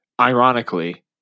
ironically